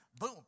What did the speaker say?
boom